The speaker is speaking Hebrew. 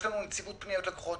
יש לנו נציבות פניות לקוחות,